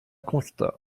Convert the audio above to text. constat